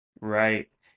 Right